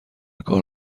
کار